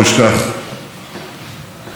ראש ממשלת יפן שינזו אבה,